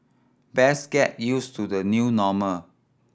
best get used to the new normal